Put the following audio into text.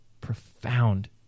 profound